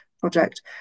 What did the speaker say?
project